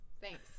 thanks